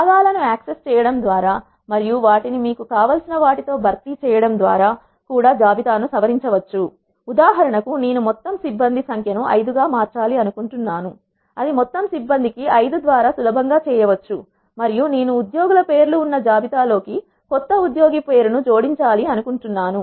భాగాలను యాక్సెస్ చేయడం ద్వారా మరియు వాటిని మీకు కావలసిన వాటితో భర్తీ చేయడం ద్వారా కూడా జాబితా ను సవరించవచ్చు ఉదాహరణకు నేను మొత్తం సిబ్బంది సంఖ్య ను 5 గా మార్చాలి అనుకుంటున్నాను అది మొత్తం సిబ్బంది కి 5 ద్వారా సులభంగా చేయవచ్చు మరియు నేను ఉద్యోగుల పేర్లు ఉన్న జాబితా లోకి కొత్త ఉద్యోగి పేరును జోడించాలి అనుకుంటున్నాను